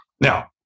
Now